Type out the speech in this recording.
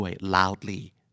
Loudly